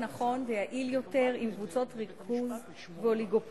נכון ויעיל יותר עם קבוצות ריכוז ואוליגופולים,